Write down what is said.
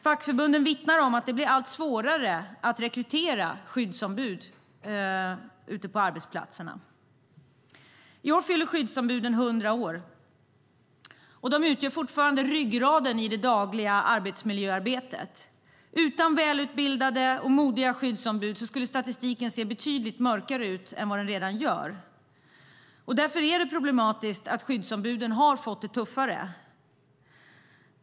Fackförbunden vittnar om att det blir allt svårare att rekrytera skyddsombud ute på arbetsplatserna. I år fyller skyddsombuden 100 år. De utgör fortfarande ryggraden i det dagliga arbetsmiljöarbetet. Utan välutbildade och modiga skyddsombud skulle statistiken se betydligt mörkare ut än vad den redan gör. Därför är det problematiskt att skyddsombuden har fått det tuffare.